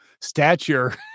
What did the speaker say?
stature